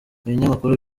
ibinyamakuru